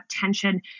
tension